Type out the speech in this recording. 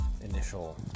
initial